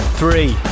three